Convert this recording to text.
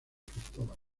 cristóbal